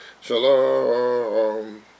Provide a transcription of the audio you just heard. Shalom